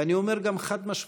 ואני אומר גם חד-משמעית,